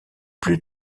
plus